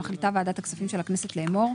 מחליטה ועדת הכספים של הכנסת לאמור: